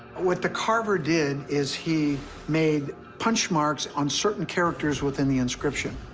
what the carver did is, he made punch marks on certain characters within the inscription.